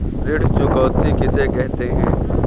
ऋण चुकौती किसे कहते हैं?